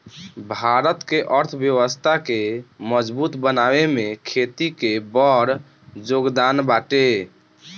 भारत के अर्थव्यवस्था के मजबूत बनावे में खेती के बड़ जोगदान बाटे